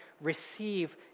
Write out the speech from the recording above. receive